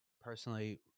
personally